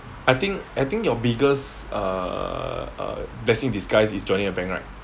I think I think your biggest uh uh blessing in disguise is joining your bank right